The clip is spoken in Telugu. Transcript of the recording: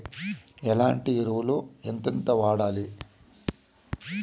ఎట్లాంటి ఎరువులు ఎంతెంత వాడాలి?